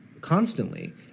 constantly